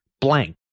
blank